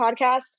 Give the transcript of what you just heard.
podcast